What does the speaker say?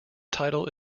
title